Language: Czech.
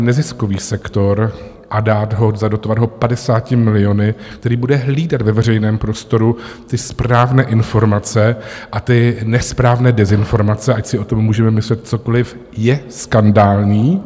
Vybrat neziskový sektor a dát, zadotovat ho 50 miliony který bude hlídat ve veřejném prostoru ty správné informace a ty nesprávné dezinformace, ať si o tom můžeme myslet cokoliv, je skandální.